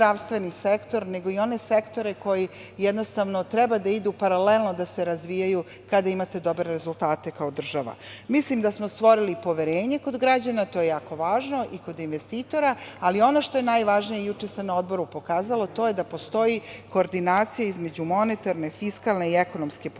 nego i one sektore koji treba da idu, paralelno da se razvijaju kada imate dobre rezultate kao država. Mislim da smo stvorili kod građana, to je jako važno, i kod investitora, ali ono što je najvažnije, juče se na Odboru pokazalo, to je da postoji koordinacija između monetarne, fiskalne i ekonomske politike